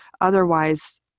otherwise